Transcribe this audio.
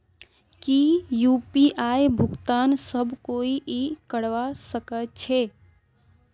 की यु.पी.आई भुगतान सब कोई ई करवा सकछै?